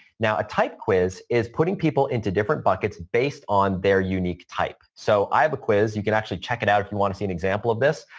now a type quiz is putting people into different buckets based on their unique type. so, i have a quiz. you can actually check it out if you want to see an example of this,